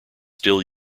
still